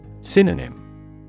Synonym